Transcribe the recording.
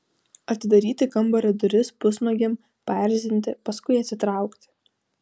atidaryti kambario duris pusnuogiam paerzinti paskui atsitraukti